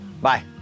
Bye